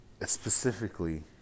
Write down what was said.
specifically